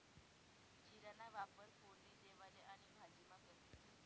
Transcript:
जीराना वापर फोडणी देवाले आणि भाजीमा करतंस